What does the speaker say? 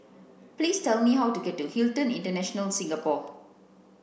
please tell me how to get to Hilton International Singapore